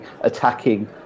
attacking